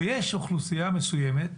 ויש אוכלוסייה מסוימת,